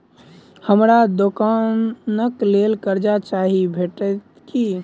हमरा दुकानक लेल कर्जा चाहि भेटइत की?